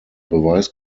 beweis